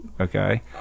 Okay